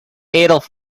adolf